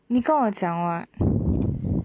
你跟我讲 [what]